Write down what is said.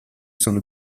sono